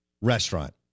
restaurant